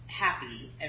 happy